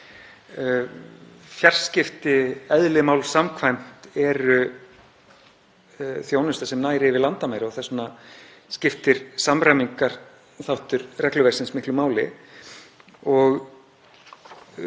Fjarskipti, eðli máls samkvæmt, eru þjónusta sem nær yfir landamæri og þess vegna skiptir samræmingarþáttur regluverksins miklu máli